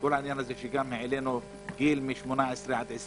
כל העניין שהעלינו את הגיל מ-18 עד 20